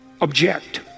object